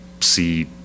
see